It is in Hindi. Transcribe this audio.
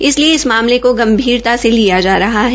इसलिए इस मामले को गंभीरता से लिया जा रहा है